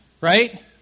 right